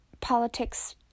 politics